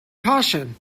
caution